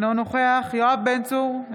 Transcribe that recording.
אינו נוכח יואב בן צור,